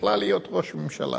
יכלה להיות ראש ממשלה.